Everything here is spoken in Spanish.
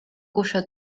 cuyo